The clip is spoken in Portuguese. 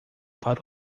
para